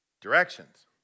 directions